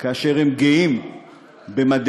כאשר הם גאים במדיהם,